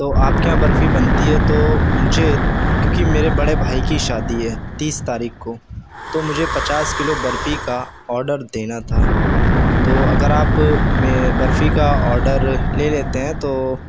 تو آپ کے یہاں برفی بنتی ہے تو مجھے کیوںکہ میرے بھائی کی شادی ہے تیس تاریخ کو تو مجھے پچاس کیلو برفی کا آڈر دینا تھا تو اگر آپ برفی کا آرڈر لے لیتے ہیں تو